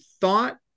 thought